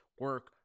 Work